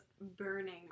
burning